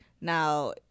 Now